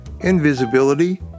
Invisibility